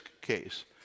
case